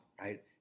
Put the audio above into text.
right